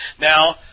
Now